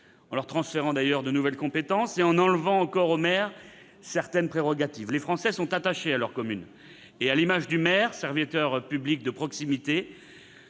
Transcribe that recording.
d'ailleurs transférer de nouvelles compétences, et en enlevant encore aux maires certaines prérogatives. Les Français sont attachés à leur commune et à l'image du maire, serviteur public de proximité.